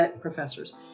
professors